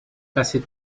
passé